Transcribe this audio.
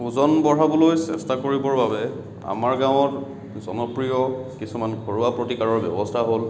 ওজন বঢ়াবলৈ চেষ্টা কৰিবৰ বাবে আমাৰ গাৱঁত জনপ্ৰিয় কিছুমান ঘৰুৱা প্ৰতিকাৰৰ ব্যৱস্থা হ'ল